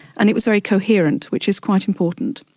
and it was very coherent, which is quite important.